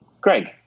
Craig